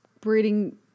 breeding